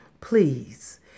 please